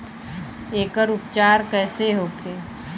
एकर उपचार कईसे होखे?